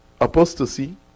apostasy